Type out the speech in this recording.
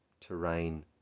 terrain